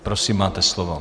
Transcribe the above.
Prosím, máte slovo.